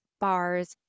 bars